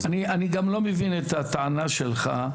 אני גם לא מבין את הטענה שלך,